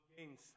games